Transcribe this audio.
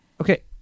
okay